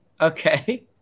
okay